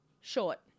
Short